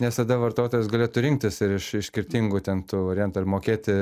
nes tada vartotojas galėtų rinktis ir iš iš skirtingų ten tų variantų ir mokėti